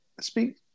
speak